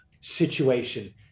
situation